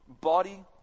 Body